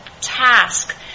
task